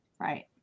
right